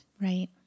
Right